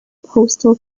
postal